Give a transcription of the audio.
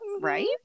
Right